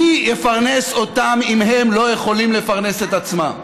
מי יפרנס אותם אם הם לא יכולים לפרנס את עצמם?